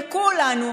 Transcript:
כולנו,